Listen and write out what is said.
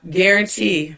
guarantee